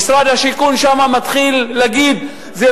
ומשרד השיכון מתחיל להגיד שם,